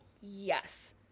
yes